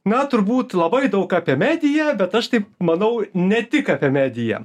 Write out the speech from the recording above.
na turbūt labai daug apie mediją bet aš taip manau ne tik apie mediją